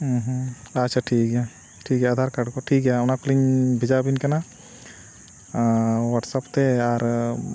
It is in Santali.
ᱦᱮᱸ ᱦᱮᱸ ᱟᱪᱷᱟ ᱴᱷᱤᱠ ᱜᱮᱭᱟ ᱴᱷᱤᱠ ᱜᱮᱭᱟ ᱟᱫᱷᱟᱨ ᱠᱟᱨᱰ ᱠᱚ ᱴᱷᱤᱠ ᱜᱮᱭᱟ ᱚᱱᱟ ᱠᱚᱞᱤᱧ ᱵᱷᱮᱡᱟᱵᱤᱱ ᱠᱟᱱᱟ ᱦᱳᱣᱟᱴᱥᱮᱯ ᱛᱮ ᱟᱨ